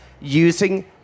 using